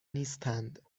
نیستند